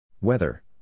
Weather